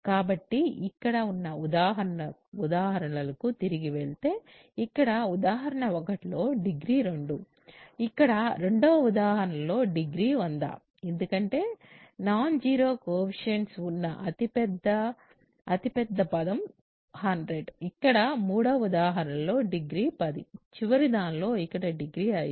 కాబట్టి ఇక్కడ ఉన్న ఉదాహరణలకు తిరిగి వెళితే ఇక్కడ ఉదాహరణ 1 లో డిగ్రీ 2 ఇక్కడ రెండవ ఉదాహరణ లో డిగ్రీ 100 ఎందుకంటే నాన్ జీరో కోయెఫిషియంట్ ఉన్న అతిపెద్ద అతిపెద్ద పదం 100 ఇక్కడ మూడవ ఉదాహరణ లో డిగ్రీ 10 చివరి దానిలో ఇక్కడ డిగ్రీ 5